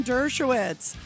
Dershowitz